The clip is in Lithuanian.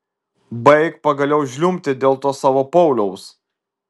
baik pagaliau žliumbti dėl to savo pauliaus